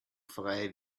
frei